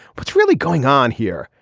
what's really going on here.